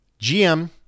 GM